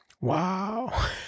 Wow